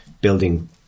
building